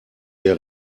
der